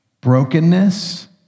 brokenness